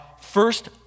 first